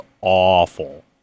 awful